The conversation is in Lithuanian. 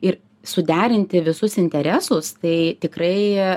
ir suderinti visus interesus tai tikrai